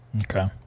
Okay